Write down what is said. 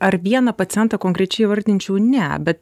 ar vieną pacientą konkrečiai įvardinčiau ne bet